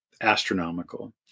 astronomical